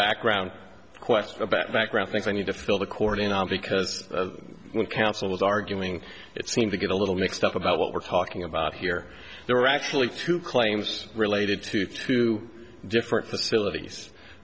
background question about background things i need to fill the court in on because when counsel was arguing it seemed to get a little mixed up about what we're talking about here there were actually two claims related to two different facilities